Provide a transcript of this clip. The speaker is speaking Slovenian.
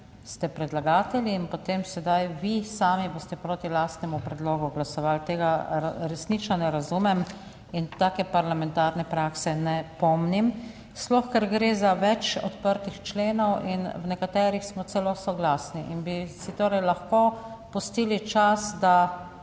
ste predlagatelji in potem sedaj vi sami boste proti lastnemu predlogu glasovali. Tega resnično ne razumem in take parlamentarne prakse ne pomnim, sploh, ker gre za več odprtih členov in v nekaterih smo celo soglasni in bi si torej lahko pustili čas, da